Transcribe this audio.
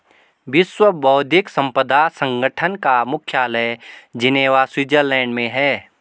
विश्व बौद्धिक संपदा संगठन का मुख्यालय जिनेवा स्विट्जरलैंड में है